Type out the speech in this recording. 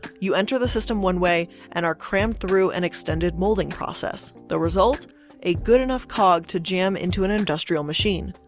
you enter the system one way and are crammed through an extended molding process. the result a good enough cog, to jam into an industrial machine.